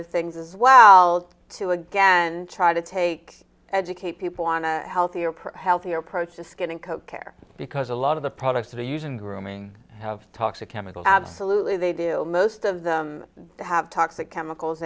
of things as well to again try to take educate people on a healthier per healthier approach to skin and coat care because a lot of the products that are using grooming have toxic chemicals absolutely they do most of them have toxic chemicals